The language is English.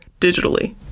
digitally